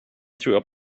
through